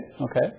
Okay